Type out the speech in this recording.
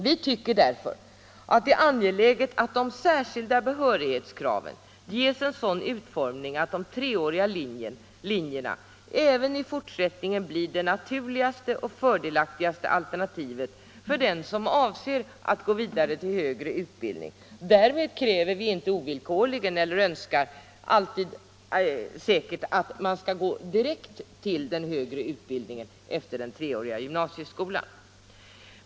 Vi tycker därför att det är angeläget att de särskilda behörighetskraven ges en sådan utformning att de treåriga linjerna även i fortsättningen blir det naturligaste och fördelaktigaste alternativet för den som avser att gå vidare till högre utbildning. Därmed kräver vi inte ovillkorligen och önskar inte heller att man skall gå direkt till den högre utbildningen efter den treåriga gymnasieskolan.